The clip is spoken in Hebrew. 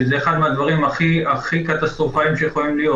שזה אחד מהדברים הכי קטסטרופליים שיכולים להיות